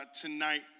tonight